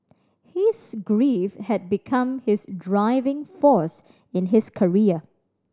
his grief had become his driving force in his career